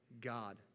God